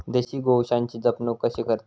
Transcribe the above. देशी गोवंशाची जपणूक कशी करतत?